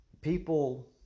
people